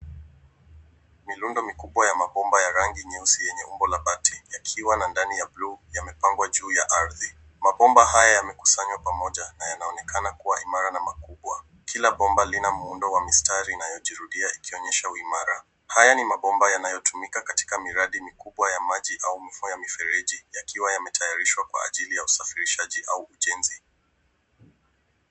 Mirundo mikubwa ya mabomba ya rangi nyeusi yenye umbo la bati yakiwa na ndani ya bluu yamepangwa juu ya ardhi. Mabomba haya yamekusanywa pamoja, na yanaonekana kuwa imara na makubwa. Kila bomba lina muundo wa mstari inayojirudia, ikionyesha uimara. Haya ni mabomba yanayotumika katika miradi mikubwa ya maji au mifumo ya mifereji, yakiwa yametayarishwa kwa ajili ya usafirishaji au ujenzi.